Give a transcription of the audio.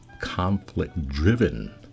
conflict-driven